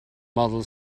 model